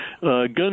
gun